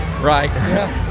right